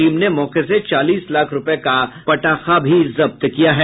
team ने मौके से चालीस लाख रूपये का पटाखा जब्त किया है